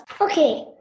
Okay